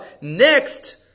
Next